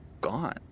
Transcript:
gone